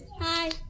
Hi